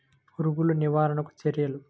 పురుగులు నివారణకు చర్యలు?